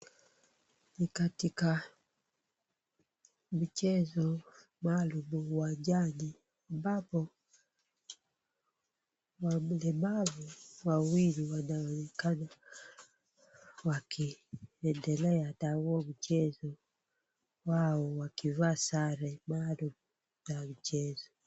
Ni katika michezo maalum uwanjani ambapo walemavu wawili wanaonekana wakiendelea na huo mchezo, wao wakivaa sare maalum ya mchezo.